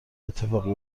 اتفاقی